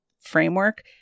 framework